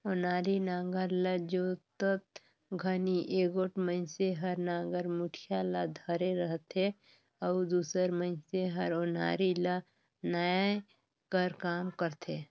ओनारी नांगर ल जोतत घनी एगोट मइनसे हर नागर मुठिया ल धरे रहथे अउ दूसर मइनसे हर ओन्हारी ल नाए कर काम करथे